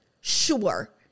Sure